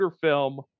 film